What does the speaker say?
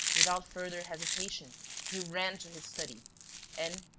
without further hesitation he ran to his study and,